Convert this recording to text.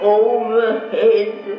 overhead